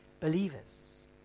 believers